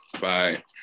Bye